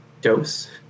dose